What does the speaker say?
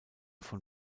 von